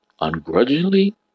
ungrudgingly